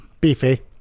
Beefy